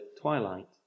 Twilight